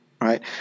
right